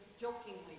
jokingly